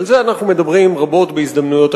על זה אנחנו מדברים רבות בהזדמנויות אחרות.